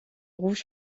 rouge